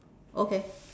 okay